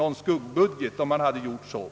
Jag yrkar bifall till utskottets hemställan.